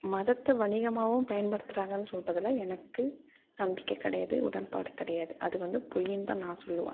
மதத்தை வணிகமாகவும் பயன்படுத்துகிறாங்கன்னு சொல்றதில் எனக்கு நம்பிக்கை கிடையாது உடன்பாடு கிடையாது அது வந்து பொய்யின்னு தான் நான் சொல்லுவேன்